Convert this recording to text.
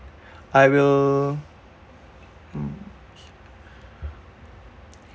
I will hmm